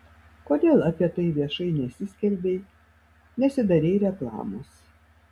kodėl apie tai viešai nesiskelbei nesidarei reklamos